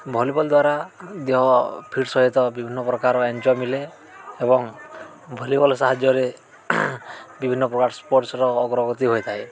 volleyball ଦ୍ୱାରା ଦେହ fit ସହିତ ବିଭିନ୍ନପ୍ରକାର ଏନ୍ଜଏ ମିଳେ ଏବଂ ଭଲିବଲ୍ ସାହାଯ୍ୟରେ ବିଭିନ୍ନପ୍ରକାର ସ୍ପୋର୍ଟସ୍ର ଅଗ୍ରଗତି ହୋଇଥାଏ